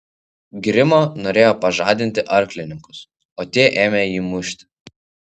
grimo norėjo pažadinti arklininkus o tie ėmė jį mušti